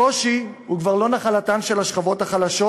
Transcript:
הקושי הוא כבר לא נחלתן של השכבות החלשות,